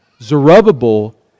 Zerubbabel